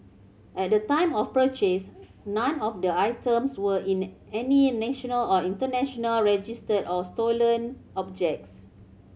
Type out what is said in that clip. at the time of purchase none of the items were in any national or international register of stolen objects